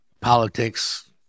politics